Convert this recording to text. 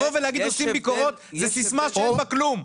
לבוא ולהגיד 'עושים ביקורות' זה סיסמה שאין בה כלום.